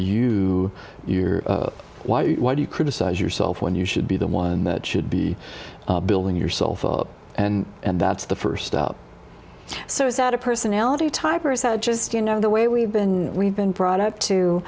you your why why do you criticize yourself when you should be the one that should be building yourself up and and that's the first step so is that a personality type or is that just you know the way we've been we've been brought up to